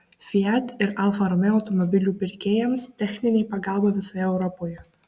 fiat ir alfa romeo automobilių pirkėjams techninė pagalba visoje europoje